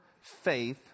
faith